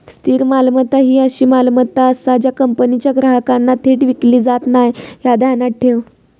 स्थिर मालमत्ता ही अशी मालमत्ता आसा जी कंपनीच्या ग्राहकांना थेट विकली जात नाय, ह्या ध्यानात ठेव